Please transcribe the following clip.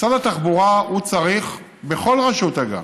משרד התחבורה צריך, בכל רשות, אגב,